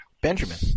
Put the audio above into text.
Benjamin